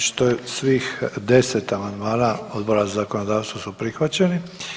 Znači to je svih 10 amandmana Odbora za zakonodavstvo su prihvaćeni.